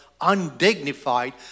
undignified